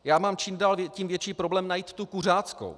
Já mám čím dál tím větší problém najít kuřáckou.